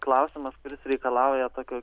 klausimas kuris reikalauja tokio